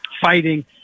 fighting